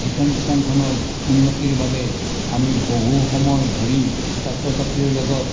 শিক্ষানুষ্ঠানখনৰ উন্নতিৰ বাবে আমি বহু সময় ধৰি ছাত্ৰ ছাত্ৰীৰ লগত